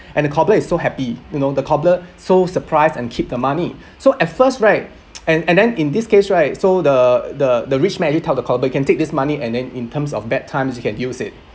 and the cobbler is so happy you know the cobbler so surprised and keep the money so at first right and and then in this case right so the the the rich man he tell the cobbler you can take this money and then in terms of bad times you can use it